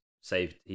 saved